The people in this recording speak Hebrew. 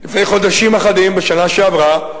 לפני חודשים אחדים, בשנה שעברה,